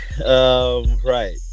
right